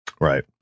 Right